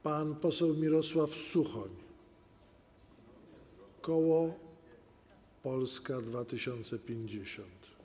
Pan poseł Mirosław Suchoń, koło Polska 2050.